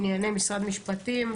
ענייני משרד משפטים,